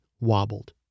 wobbled